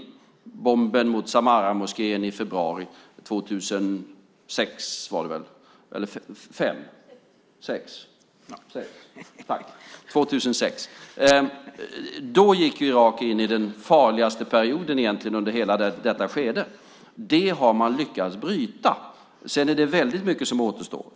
Med bomben mot Samaramoskén i februari 2006 gick Irak in i den farligaste perioden egentligen under hela detta skede. Det har man lyckats bryta. Sedan är det väldigt mycket som återstår.